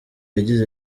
yagize